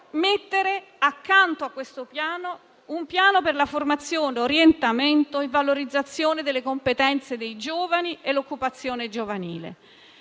verde. Accanto a questo piano dobbiamo mettere un piano per la formazione, l'orientamento e la valorizzazione delle competenze dei giovani e l'occupazione giovanile.